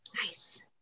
nice